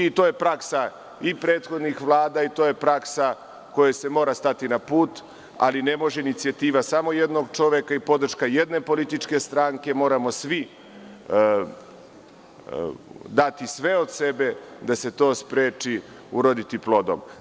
To je praksa i prethodnih vlada i to je praksa kojoj se mora stati na put, ali ne može inicijativa samo jednog čoveka i podrška jedne političke stranke, moramo svi dati sve od sebe da se to spreči, uroditi plodom.